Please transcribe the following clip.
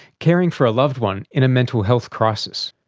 caring for a loved one in a mental health crisis.